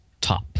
top